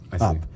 up